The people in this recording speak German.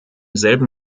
selben